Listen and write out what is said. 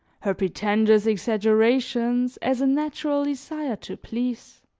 her pretentious exaggerations as a natural desire to please